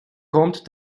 kommt